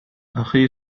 أخي